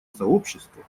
сообщества